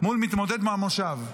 מול מתמודד מהמושב.